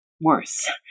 worse